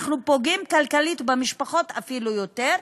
אנחנו פוגעים כלכלית במשפחות אפילו יותר.